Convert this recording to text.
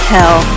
Hell